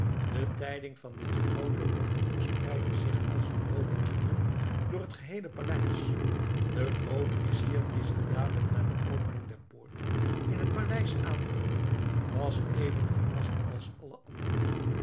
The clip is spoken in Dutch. de tijding van dit groote wonder verspreidde zich als een loopend vuur door het geheele paleis de grootvizier die zich dadelijk na de opening der poort in het paleis aanmeldde was even verrast als alle anderen